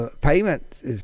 Payment